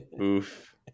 Oof